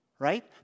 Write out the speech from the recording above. right